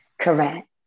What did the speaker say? correct